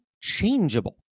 changeable